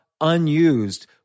unused